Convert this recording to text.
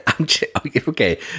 Okay